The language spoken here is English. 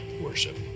worship